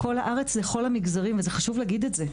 לכל הארץ לכל המגזרים, וחשוב להגיד את זה.